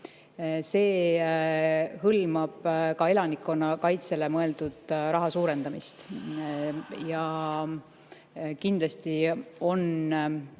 See hõlmab ka elanikkonnakaitsele mõeldud raha suurendamist. Kindlasti on